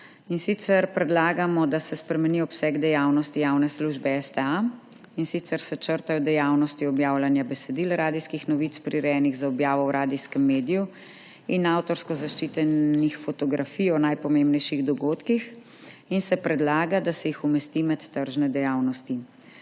Predlagamo, da se spremeni obseg dejavnosti javne službe STA, in sicer se črtajo dejavnosti objavljanja besedil radijskih novic, prirejenih za objavo v radijskem mediju, in avtorsko zaščitenih fotografij o najpomembnejših dogodkih. Predlaga se, da se jih umesti med tržne dejavnosti.